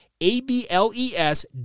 A-B-L-E-S